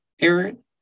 Aaron